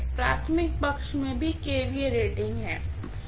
primary side में भी kVA rating है